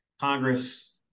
Congress